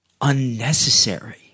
unnecessary